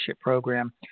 program –